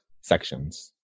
sections